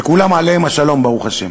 שכולם עליהם השלום, ברוך השם.